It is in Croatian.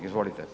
Izvolite.